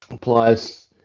plus